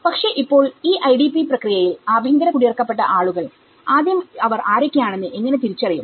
പക്ഷെ ഇപ്പോൾ ഈ IDP പ്രക്രിയയിൽ ആഭ്യന്തര കുടിയിറക്കപ്പെട്ട ആളുകൾ ആദ്യം ഇവർ ആരൊക്കെയാണെന്ന് എങ്ങനെ തിരിച്ചറിയും